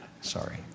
sorry